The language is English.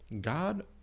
God